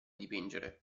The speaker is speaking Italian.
dipingere